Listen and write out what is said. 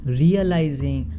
realizing